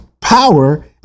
power